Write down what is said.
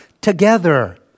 together